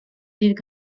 დიდ